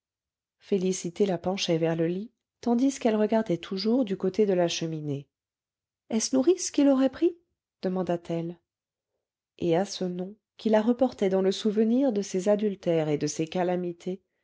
félicité la penchait vers le lit tandis qu'elle regardait toujours du côté de la cheminée est-ce nourrice qui l'aurait pris demanda-t-elle et à ce nom qui la reportait dans le souvenir de ses adultères et de ses calamités